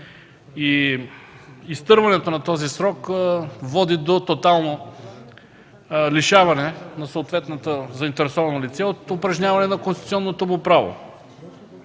Изтърваването на този срок води до тотално лишаване на съответното заинтересовано лице от упражняване на конституционното му право.